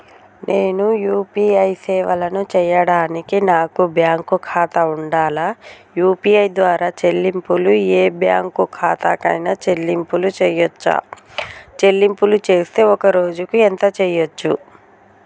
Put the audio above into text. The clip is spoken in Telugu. నేను యూ.పీ.ఐ సేవలను చేయడానికి నాకు బ్యాంక్ ఖాతా ఉండాలా? యూ.పీ.ఐ ద్వారా చెల్లింపులు ఏ బ్యాంక్ ఖాతా కైనా చెల్లింపులు చేయవచ్చా? చెల్లింపులు చేస్తే ఒక్క రోజుకు ఎంత చేయవచ్చు?